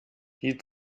die